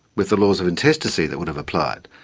with the laws of intestacy that would have applied,